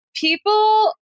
People